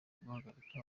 guhagarika